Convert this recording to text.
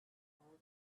all